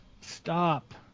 stop